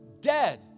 dead